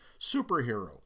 superhero